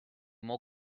more